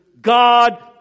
God